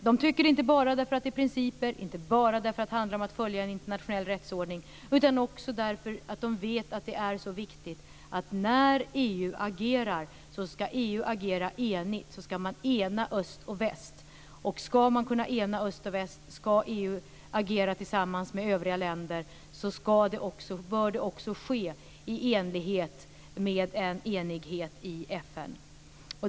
De tycker det inte bara därför att det är principer och inte bara för att det handlar om att följa en internationell rättsordning, utan också därför att de vet att det är så viktigt att när EU agerar ska EU agera enigt. Man ska ena öst och väst. Ska man kunna ena öst och väst, och ska EU kunna agera tillsammans med övriga länder, bör det också ske i enlighet med en enighet i FN.